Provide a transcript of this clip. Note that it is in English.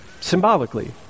symbolically